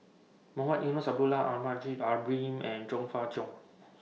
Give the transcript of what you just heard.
Mohamed Eunos Abdullah Almahdi Al Haj Ibrahim and Chong Fah Cheong